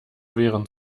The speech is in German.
wären